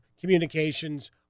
communications